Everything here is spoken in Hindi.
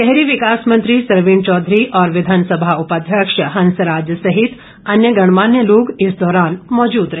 शहरी विकास मंत्री सरवीण चौधरी और विधानसभा उपाध्यक्ष हंसराज सहित अन्य गणमान्य लोग इस दौरान मौजूद रहे